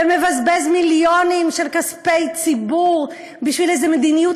ומבזבז מיליונים של כספי ציבור בשביל איזו מדיניות